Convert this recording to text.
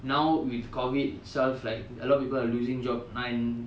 now with COVID itself like a lot of people are losing job and